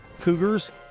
Cougars